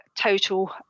total